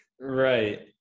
right